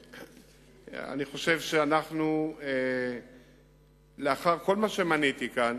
אני חושב שאנחנו, לאחר כל מה שמניתי כאן,